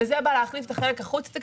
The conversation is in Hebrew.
וזה בא להחליף את החלק החוץ-תקציבי,